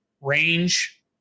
range